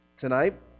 tonight